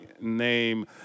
name